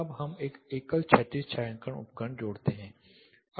अब हम एक एकल क्षैतिज छायांकन उपकरण जोड़ते हैं